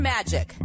Magic